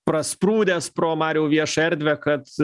prasprūdęs pro mariau viešą erdvę kad